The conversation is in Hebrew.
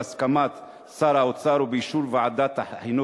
בהסכמת שר האוצר ובאישור ועדת החינוך,